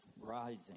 rising